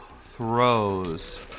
throws